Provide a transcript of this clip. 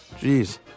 Jeez